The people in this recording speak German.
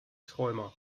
träumer